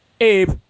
Abe